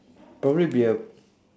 probably be a